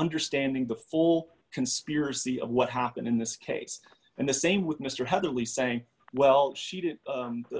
understanding the full conspiracy of what happened in this case and the same with mr hadley saying well she didn't